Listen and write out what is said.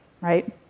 right